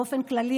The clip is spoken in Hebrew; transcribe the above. באופן כללי,